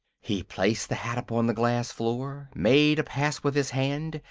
he placed the hat upon the glass floor, made a pass with his hand,